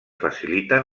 faciliten